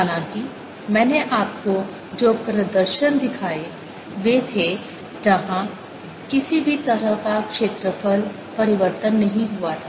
हालाँकि मैंने आपको जो प्रदर्शन दिखाए वे थे जहाँ किसी भी तरह का क्षेत्रफल परिवर्तन नहीं हुआ था